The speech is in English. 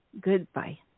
goodbye